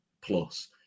plus